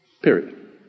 period